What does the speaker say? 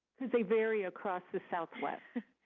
because they vary across the southwest.